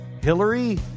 Hillary